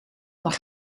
mag